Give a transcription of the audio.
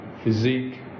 physique